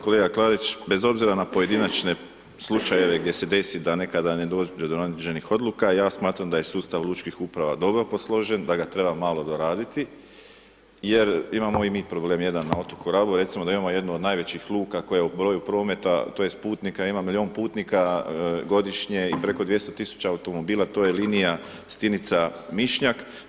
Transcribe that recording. Kolega Klarić, bez obzira na pojedinačne slučajeve gdje se desi da nekada ne dođe do određenih odluka, ja smatram da je sustav lučkih uprava dobro posložen, da ga treba malo doraditi jer imamo i mi problem jedan na otoku Rabu, recimo, da imamo jednu od najvećih luka koje po broju prometa tj. putnika, ima milijun putnika godišnje i preko 200 000 automobila, to je linija Stinica-Mišnjak.